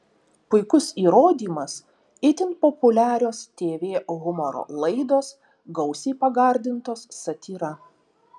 puikus įrodymas itin populiarios tv humoro laidos gausiai pagardintos satyra